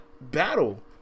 battle